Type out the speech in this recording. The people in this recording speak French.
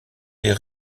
des